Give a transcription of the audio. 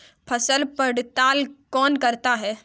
फसल पड़ताल कौन करता है?